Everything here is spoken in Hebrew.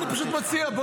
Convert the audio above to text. אני פשוט מציע.